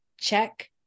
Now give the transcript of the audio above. check